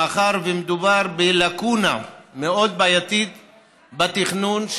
מאחר שמדובר בלקונה מאוד בעייתית בתכנון,